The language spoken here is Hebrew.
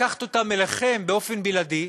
לקחת אותן אליכם באופן בלעדי,